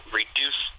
reduce